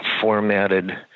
formatted